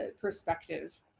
perspective